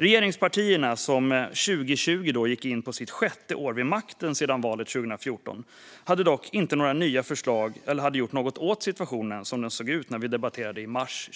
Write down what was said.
Regeringspartierna, som 2020 gick in på sitt sjätte år vid makten sedan valet 2014, hade inte några nya förslag och hade inte gjort något åt situationen som den såg ut när vi debatterade frågan i mars